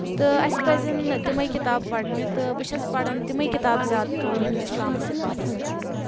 تہٕ اَسہِ پَزَن تِمے کِتاب پَرنہِ تہٕ بہٕ چھَس پران تِمے کِتاب زیادٕ طور یِم اِسلامَس سۭتۍ وابستہٕ آسَن